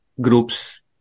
groups